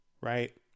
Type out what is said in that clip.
right